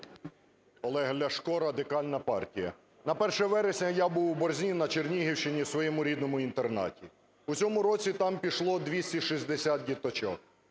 Олег Ляшко, Радикальна партія. На 1 вересня я був у Борзні на Чернігівщині в своєму рідному інтернаті. У цьому році там пішло 260 діточок.